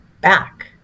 back